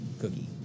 cookie